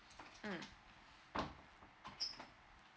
mm